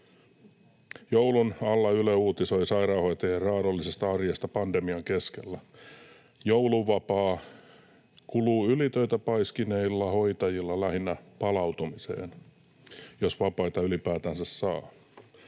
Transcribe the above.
Joulun alla Yle uutisoi sairaanhoitajien raadollisesta arjesta pandemian keskellä. Jouluvapaa kuluu ylitöitä paiskineilla hoitajilla lähinnä palautumiseen, jos vapaita ylipäätään saa.